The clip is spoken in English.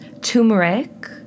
turmeric